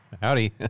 Howdy